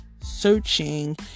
searching